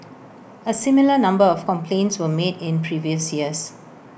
A similar number of complaints were made in previous years